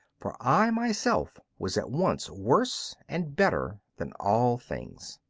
for i myself was at once worse and better than all things.